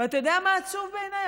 ואתה יודע מה עצוב בעיניי?